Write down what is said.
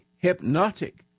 hypnotic